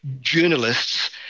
journalists